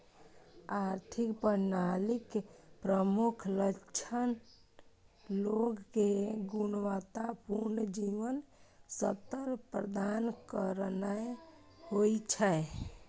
आर्थिक प्रणालीक प्रमुख लक्ष्य लोग कें गुणवत्ता पूर्ण जीवन स्तर प्रदान करनाय होइ छै